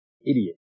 idiot